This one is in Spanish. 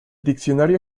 diccionario